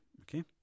Okay